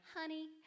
honey